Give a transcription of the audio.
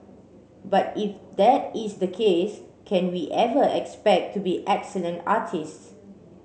but if that is the case can we ever expect to be excellent artists